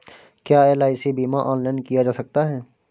क्या एल.आई.सी बीमा ऑनलाइन किया जा सकता है?